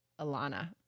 Alana